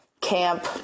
camp